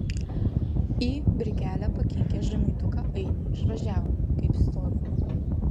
į brikelę pakinkę žemaituką ainį išvažiavome kaip stovime